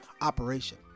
operation